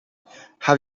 have